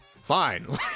Fine